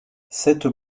sept